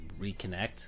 reconnect